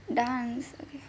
dance okay